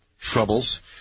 troubles